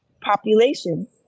population